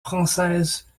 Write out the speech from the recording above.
française